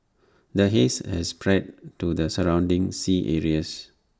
the haze has spread to the surrounding sea areas